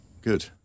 good